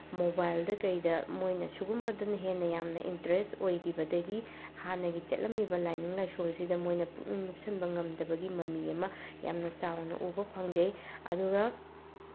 ꯃꯣꯕꯥꯏꯜꯗ ꯀꯩꯗ ꯃꯣꯏꯅ ꯁꯨꯒꯨꯝꯕꯗꯅ ꯍꯦꯟꯅ ꯌꯥꯝꯅ ꯏꯟꯇꯔꯦꯁ ꯑꯣꯏꯈꯤꯕꯗꯒꯤ ꯍꯥꯟꯅꯒꯤ ꯆꯠꯂꯝꯃꯤꯕ ꯂꯥꯏꯅꯤꯡ ꯂꯥꯏꯁꯣꯜꯁꯤꯗ ꯃꯣꯏꯅ ꯄꯨꯛꯅꯤꯡ ꯂꯨꯞꯁꯤꯟꯕ ꯉꯝꯗꯕꯒꯤ ꯃꯃꯤ ꯑꯃ ꯌꯥꯝꯅ ꯆꯥꯎꯅ ꯎꯕ ꯐꯪꯖꯩ ꯑꯗꯨꯒ